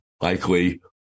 likely